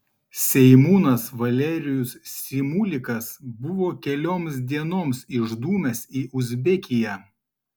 seimūnas valerijus simulikas buvo kelioms dienoms išdūmęs į uzbekiją